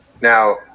now